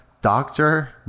doctor